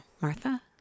Martha